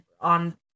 on